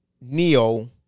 neo